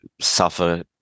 suffer